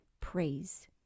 praise